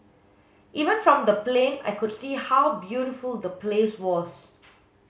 even from the plane I could see how beautiful the place was